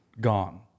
gone